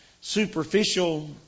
superficial